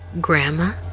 Grandma